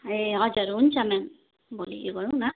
ए हजर हुन्छ म्याम भोलि उ यो गरौँ न